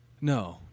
No